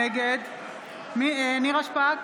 רם שפע, נגד נירה שפק,